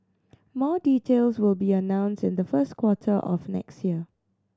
more details will be announced in the first quarter of next year